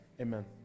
amen